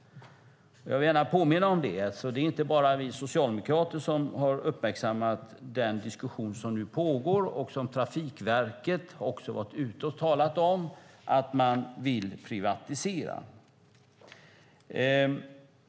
Jag vill gärna påminna om detta. Det är inte bara vi socialdemokrater som har uppmärksammat den diskussion som nu pågår och som Trafikverket också har varit ute och talat om, nämligen att man vill privatisera.